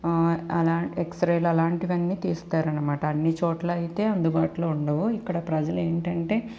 అలా ఎక్స్రేలు అలాంటివన్నీ తీస్తారనమాట అన్ని చోట్ల అయితే అందుబాటులో ఉండవు ఇక్కడ ప్రజలు ఏంటంటే